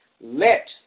Let